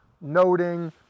noting